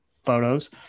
photos